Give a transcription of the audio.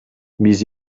биз